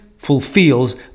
fulfills